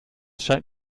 scheint